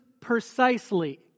precisely